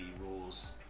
rules